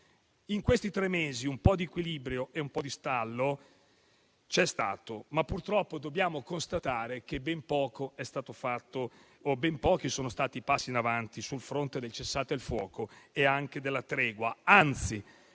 In questi tre mesi un po' di equilibrio e un po' di stallo c'è stato, ma purtroppo dobbiamo constatare che ben poco è stato fatto o ben pochi sono stati i passi in avanti sul fronte del cessate il fuoco e anche della tregua;